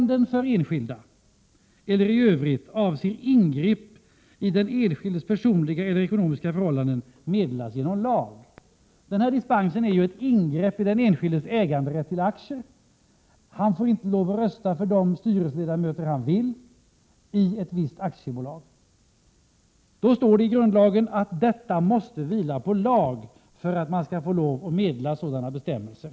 Denna dispens är ett ingrepp i den enskildes äganderätt till aktier. Han får inte lov att rösta på de styrelseledamöter han vill i ett visst aktiebolag. Det står i grundlagen att detta måste vila på lag, för att man skall få lov att meddela sådana bestämmelser.